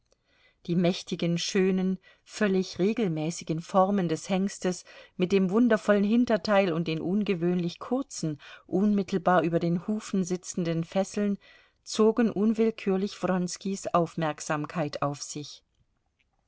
die mächtigen schönen völlig regelmäßigen formen des hengstes mit dem wundervollen hinterteil und den ungewöhnlich kurzen unmittelbar über den hufen sitzenden fesseln zogen unwillkürlich wronskis aufmerksamkeit auf sich